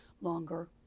Longer